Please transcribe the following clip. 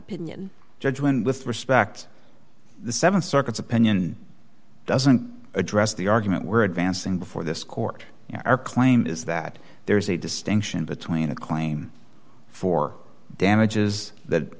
opinion judge when with respect the seven circuits opinion doesn't address the argument we're advancing before this court you know our claim is that there's a distinction between a claim for damages that